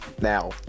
Now